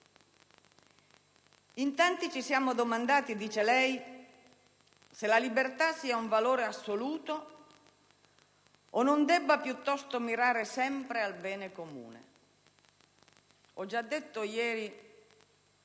In tanti ci siamo domandati se la libertà sia un valore assoluto o non debba piuttosto mirare sempre al bene comune". Ho già evidenziato ieri